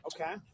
Okay